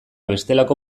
bestelako